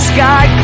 Sky